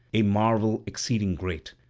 a marvel exceeding great,